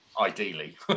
Ideally